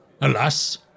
alas